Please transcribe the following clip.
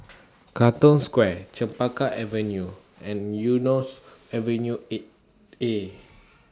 Katong Square Chempaka Avenue and Eunos Avenue eight A